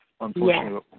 unfortunately